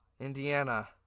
Indiana